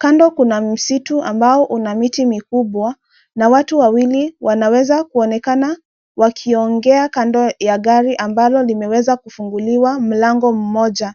Kando kuna msitu ambao una miti mikubwa na watu wawili wanaweza kuonekana wakiongea kando ya gari ambalo limeweza kufungliwa mlango mmoja.